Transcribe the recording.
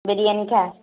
ବିରିୟାନୀ ଖା